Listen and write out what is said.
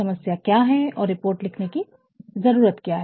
कि समस्या क्या है और रिपोर्ट लिखने की ज़रुरत क्या है